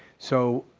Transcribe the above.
so,